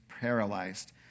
paralyzed